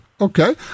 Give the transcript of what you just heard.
Okay